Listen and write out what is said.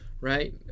Right